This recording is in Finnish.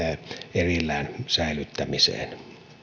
erillään säilyttämiseen